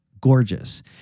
gorgeous